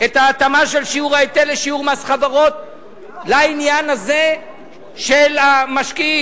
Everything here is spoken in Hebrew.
את ההתאמה של שיעור ההיטל לשיעור מס חברות לעניין הזה של המשקיעים.